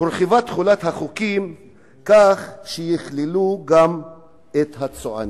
הורחבה תחולת החוקים כך שיכללו גם את הצוענים.